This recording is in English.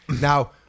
Now